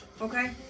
Okay